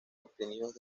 obtenidos